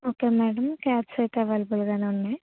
okay madam cabs అయితే అవైలబుల్గానే ఉన్నాయి